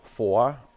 Four